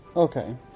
Okay